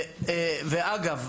ואגב,